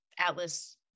Atlas